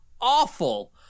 awful